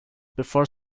before